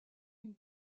une